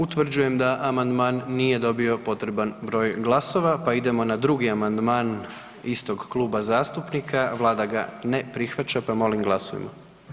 Utvrđujem da amandman nije dobio potreban broj glasova, pa idemo na drugi amandman istog kluba zastupnika, Vlada ga ne prihvaća pa molim glasujmo.